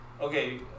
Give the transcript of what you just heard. okay